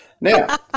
Now